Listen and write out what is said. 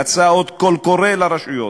יצא עוד קול קורא לרשויות,